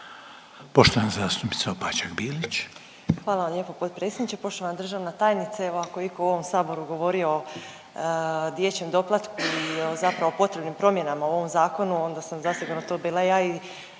Poštovana zastupnica Opačak Bilić.